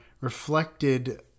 reflected